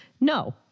No